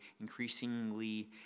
increasingly